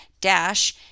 dash